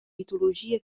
mitologia